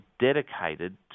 dedicated